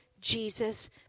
Jesus